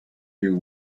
you